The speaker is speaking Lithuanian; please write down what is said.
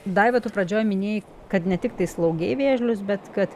daiva tu pradžioj minėjai kad ne tiktai slaugei vėžlius bet kad